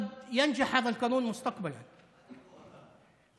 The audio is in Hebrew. יכול להיות שחוק זה יעבור בעתיד,